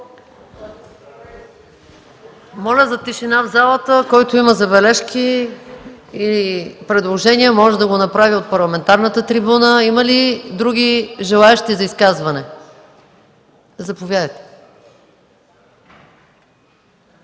Моля за тишина в залата! Който има забележки и предложения може да ги направи от парламентарната трибуна. Има ли други желаещи за изказвания? Заповядайте.